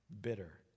bitter